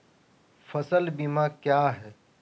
फ़सल बीमा क्या है?